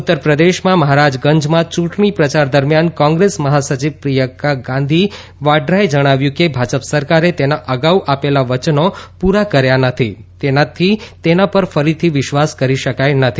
ઉત્તરપ્રદેશમાં મહારાજગંજમાં ચૂંટણી પ્રચાર દરમ્યાન કોંગ્રેસ મહાસિચવ પ્રિયંકા ગાંધી વાડ્રાએ જણાવ્યું કે ભાજપ સરકારે તેના અગાઉ આપેલા વચનો પૂરો કર્યા નથી તેથી તેના પર ફરીથી વિશ્વાસ કરી શકાય નથી